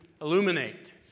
illuminate